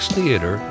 Theater